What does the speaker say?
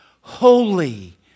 holy